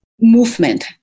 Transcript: movement